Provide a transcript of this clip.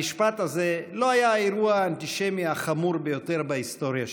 המשפט הזה לא היה האירוע האנטישמי החמור ביותר בהיסטוריה שלנו,